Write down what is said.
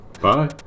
bye